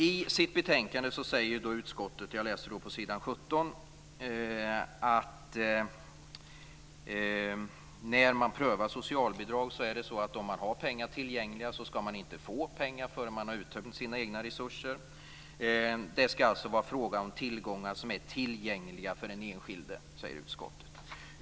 I sitt betänkande säger utskottet på s. 17 om prövningen av socialbidraget att om man har pengar tillgängliga skall man inte få pengar förrän man uttömt sina egna resurser. Det skall alltså vara fråga om pengar som är tillgängliga för den enskilde.